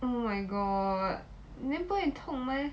oh my god then 不会痛 meh